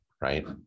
right